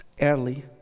early